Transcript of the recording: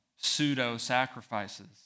pseudo-sacrifices